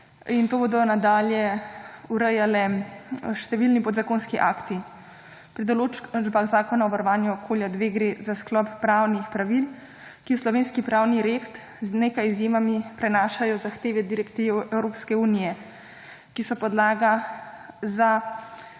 in to bodo nadalje urejali številni podzakonski akti. Pri določbah zakona o varovanju okolja 2 gre za sklop pravnih pravil, ki v slovenski pravni red z nekaj izjemami prenašajo zahteve direktiv Evropske unije, ki so podlaga za